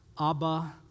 Abba